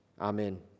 Amen